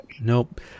Nope